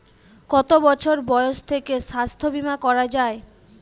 কত বছর বয়স থেকে স্বাস্থ্যবীমা করা য়ায়?